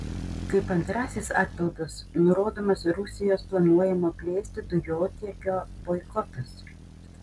kaip antrasis atpildas nurodomas rusijos planuojamo plėsti dujotiekio boikotas